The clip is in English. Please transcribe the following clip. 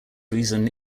reason